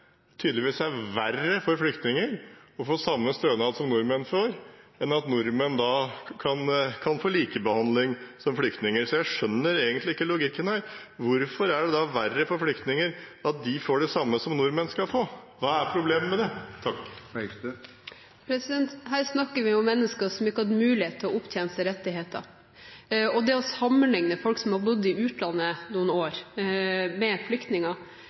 tydeligvis er verre for flyktninger å få samme stønad som nordmenn får, enn at nordmenn kan bli likebehandlet med flyktninger. Jeg skjønner egentlig ikke logikken. Hvorfor er det verre for flyktninger at de får det samme som nordmenn skal få? Hva er problemet med det? Her snakker vi om mennesker som ikke har hatt mulighet til å opptjene seg rettigheter. Det å sammenligne folk som har bodd i utlandet noen år, med flyktninger,